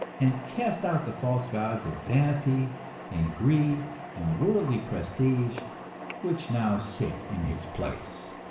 and cast out the false gods of vanity and greed and worldly prestige which now sit in his place.